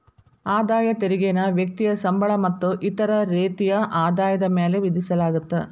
ಆದಾಯ ತೆರಿಗೆನ ವ್ಯಕ್ತಿಯ ಸಂಬಳ ಮತ್ತ ಇತರ ರೇತಿಯ ಆದಾಯದ ಮ್ಯಾಲೆ ವಿಧಿಸಲಾಗತ್ತ